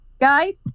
guys